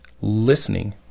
listening